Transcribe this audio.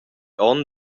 onn